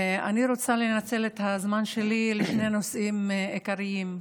אני רוצה לנצל את הזמן שלי לשני נושאים עיקריים,